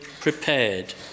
prepared